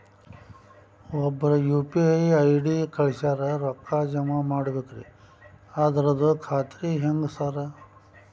ಒಬ್ರು UPI ID ಕಳ್ಸ್ಯಾರ ರೊಕ್ಕಾ ಜಮಾ ಮಾಡ್ಬೇಕ್ರಿ ಅದ್ರದು ಖಾತ್ರಿ ಹೆಂಗ್ರಿ ಸಾರ್?